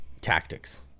tactics